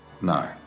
No